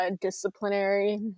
disciplinary